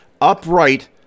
upright